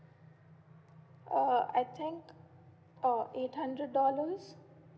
uh I think oh eight hundred dollars